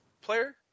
player